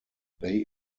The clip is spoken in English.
they